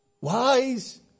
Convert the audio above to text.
wise